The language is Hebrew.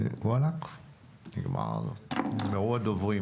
נגמרו הדוברים.